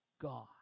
God